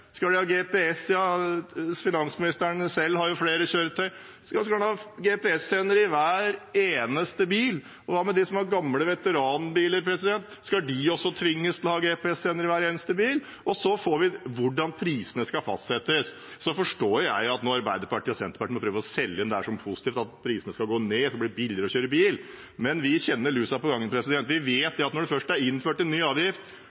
Skal en ha GPS i alle? Finansministeren har jo selv flere kjøretøy. Skal ha en GPS-sender i hver eneste bil? Og hva med de som har gamle veteranbiler? Skal de også tvinges til å ha GPS-sender i hver eneste bil? Så er det hvordan prisene skal fastsettes. Så forstår jeg at Arbeiderpartiet og Senterpartiet nå prøver å selge det inn som noe positivt, at prisene skal gå ned og det skal bli billigere å kjøre bil. Men vi kjenner lusa på gangen. Vi vet at når det først er innført en ny avgift,